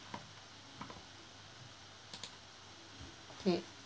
okay